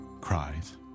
cries